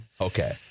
Okay